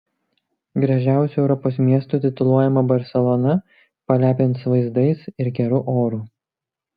gražiausiu europos miestu tituluojama barselona palepins vaizdais ir geru oru